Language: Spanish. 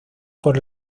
por